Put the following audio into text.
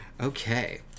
okay